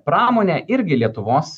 pramonė irgi lietuvos